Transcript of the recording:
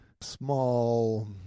small